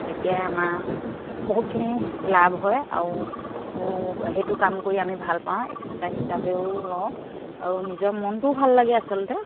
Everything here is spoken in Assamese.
তেতিয়া আমাৰ বহুতখিনি লাভ হয় আৰু সেইটো কাম কৰি আমি ভাল পাওঁ এক্সেচাইজ হিচাপেও লওঁ আৰু নিজৰ মনটোও ভাল লাগে আচলতে